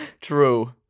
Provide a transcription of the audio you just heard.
True